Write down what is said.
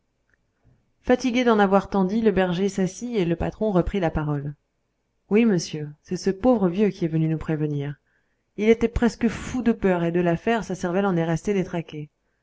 fatigué d'en avoir tant dit le berger s'assit et le patron reprit la parole oui monsieur c'est ce pauvre vieux qui est venu nous prévenir il était presque fou de peur et de l'affaire sa cervelle en est restée détraquée